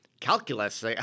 calculus